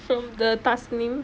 from the thasnim